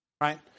right